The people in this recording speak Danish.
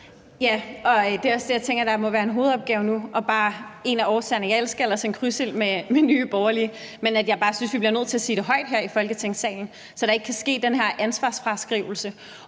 Ja, og det er også det, jeg tænker må være en hovedopgave nu og bare en af årsagerne. Jeg elsker ellers en krydsild med Nye Borgerlige, men jeg synes bare, vi bliver nødt til at sige det højt her i Folketingssalen, så der ikke kan ske den her ansvarsfraskrivelse,